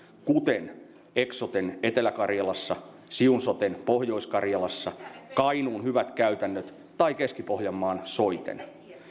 kuten eksoten etelä karjalassa siun soten pohjois karjalassa kainuun hyvät käytännöt tai keski pohjanmaan soiten